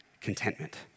contentment